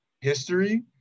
history